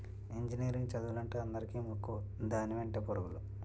engineering చదువులంటే అందరికీ మక్కువ దాని వెంటే పరుగులు